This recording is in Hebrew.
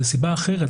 זאת סיבה אחרת.